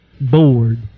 Bored